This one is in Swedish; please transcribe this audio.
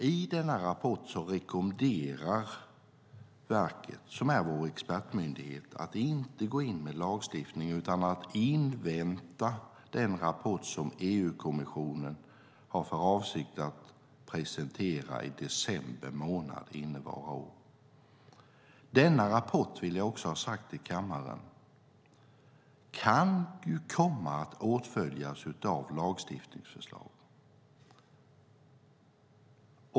I denna rapport rekommenderar verket, som är vår expertmyndighet, att man inte ska gå in med lagstiftning utan invänta den rapport som EU-kommissionen har för avsikt att presentera i december månad innevarande år. Jag vill till kammaren säga att denna rapport kan komma att åtföljas av lagstiftningsförslag.